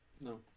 No